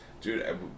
dude